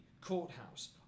courthouse